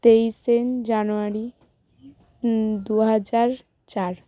তেইশে জানুয়ারি দু হাজার চার